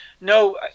no